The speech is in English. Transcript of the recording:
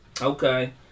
okay